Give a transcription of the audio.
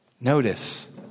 Notice